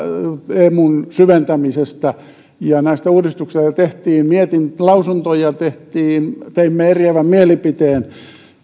emun syventämisestä ja näitä uudistuksia tehtiin lausuntoja tehtiin teimme eriävän mielipiteen